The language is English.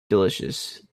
delicious